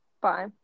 Bye